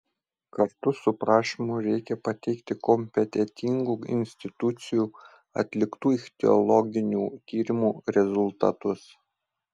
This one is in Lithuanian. kartu su prašymu reikia pateikti kompetentingų institucijų atliktų ichtiologinių tyrimų rezultatus